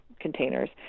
containers